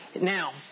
now